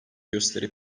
gösteri